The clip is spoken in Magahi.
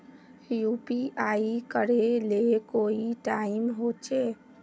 यु.पी.आई करे ले कोई टाइम होचे?